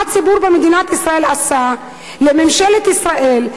מה הציבור במדינת ישראל עשה לממשלת ישראל,